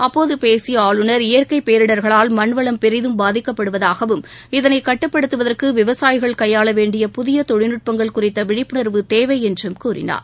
அப்போது பேசிய ஆளுநர் இயற்கை பேரிடர்களால் மண்வளம் பெரிதும் பாதிக்கப்படுவதாகவும் இதனை கட்டுப்படுத்துவதற்கு விவசாயிகள் கையாள வேண்டிய புதிய தொழில்நுட்பங்கள் குறித்த விழிப்புணா்வு தேவை என்றும் கூறினாா